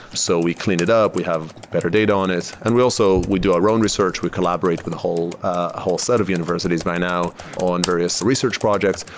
so we cleaned it up. we have better data on it. and also, we do our own research. we collaborate with a whole whole set of universities right now on various research projects.